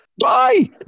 bye